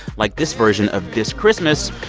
like, this version of this christmas.